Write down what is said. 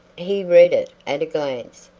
he read it at a glance,